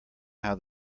how